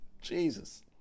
Jesus